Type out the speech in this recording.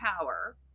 power